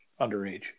underage